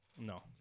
No